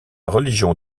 religion